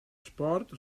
sport